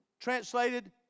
Translated